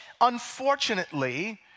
unfortunately